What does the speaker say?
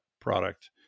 product